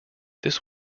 this